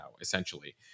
essentially